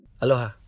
Aloha